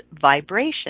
vibration